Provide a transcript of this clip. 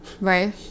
Right